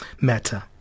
matter